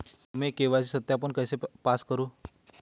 मैं के.वाई.सी सत्यापन कैसे पास करूँ?